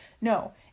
No